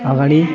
अगाडि